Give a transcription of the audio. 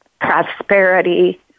prosperity